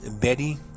Betty